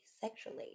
sexually